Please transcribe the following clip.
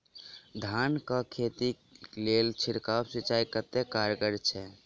धान कऽ खेती लेल छिड़काव सिंचाई कतेक कारगर छै?